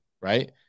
right